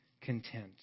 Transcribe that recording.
content